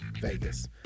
Vegas